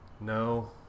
No